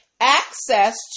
access